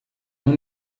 uma